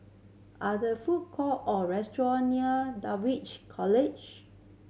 are the food court or restaurant near Dulwich College